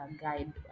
guide